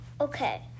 Okay